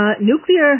nuclear